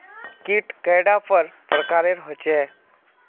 कीट कैडा पर प्रकारेर होचे?